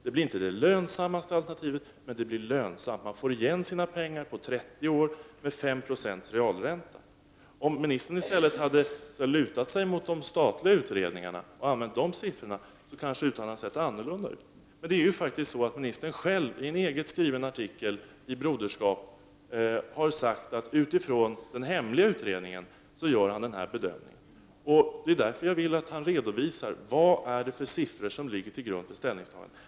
Det blir inte det lönsammaste alternativet. Men det blir i varje fall lönsamt. Man får igen sina pengar på 30 år med 5 96 realränta. Om ministern i stället så att säga hade lutat sig mot de statliga utredningarna och använt sig av de siffror som där finns, hade hans uttalande kanske varit annorlunda. Ministern har ju själv i en artikel i Broderskap sagt att han gör den aktuella bedömningen utifrån den hemliga utredningen. Mot den bakgrunden vill jag att ministern ger oss en redovisning: Vad är det för siffror som ligger till grund för det gjorda ställningstagandet?